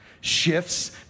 shifts